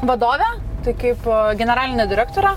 vadove tai kaip generaline direktore